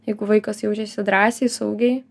jeigu vaikas jaučiasi drąsiai saugiai